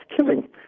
killing